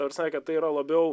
ta prasme kad tai yra labiau